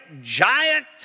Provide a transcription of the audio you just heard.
giant